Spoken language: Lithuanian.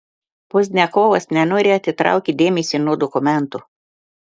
pozdniakovas nenoriai atitraukė dėmesį nuo dokumentų